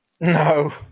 No